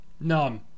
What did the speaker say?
none